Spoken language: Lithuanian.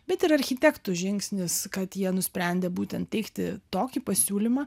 bet ir architektų žingsnis kad jie nusprendė būtent teikti tokį pasiūlymą